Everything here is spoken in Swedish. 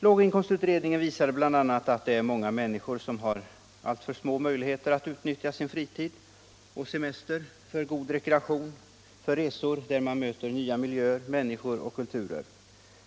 Låginkomstutredningen visade bl.a. att det är många människor som har alltför små möjligheter att utnyttja sin fritid och sin semester för god rekreation och för resor, där man möter nya miljöer, människor och kulturer.